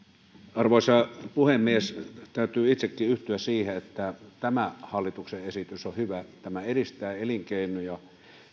arvoisa puhemies täytyy itsekin yhtyä siihen että tämä hallituksen esitys on hyvä tämä edistää elinkeinoja